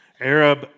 Arab